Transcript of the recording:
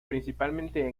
principalmente